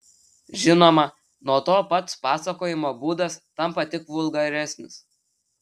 žinoma nuo to pats pasakojimo būdas tampa tik vulgaresnis